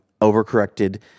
overcorrected